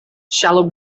shallow